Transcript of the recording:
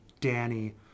Danny